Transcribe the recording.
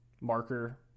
marker